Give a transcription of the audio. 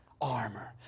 armor